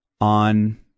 On